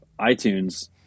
iTunes